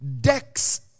decks